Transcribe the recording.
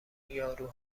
یارو